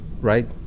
right